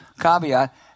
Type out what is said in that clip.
caveat